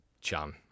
Chan